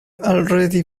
already